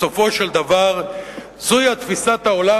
בסופו של דבר זוהי תפיסת העולם,